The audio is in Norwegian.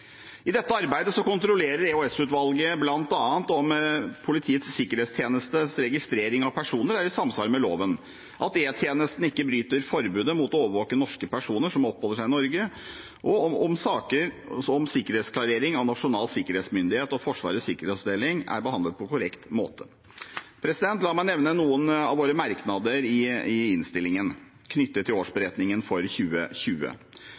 I dette arbeidet kontrollerer EOS-utvalget bl.a. om Politiets sikkerhetstjenestes registering av personer er i samsvar med loven, at E-tjenesten ikke bryter forbudet mot å overvåke norske personer som oppholder seg i Norge, og om saker om sikkerhetsklarering av Nasjonal sikkerhetsmyndighet og Forsvarets sikkerhetsavdeling er behandlet på korrekt måte. La meg nevne noen av våre merknader i innstillingen knyttet til årsberetningen for 2020: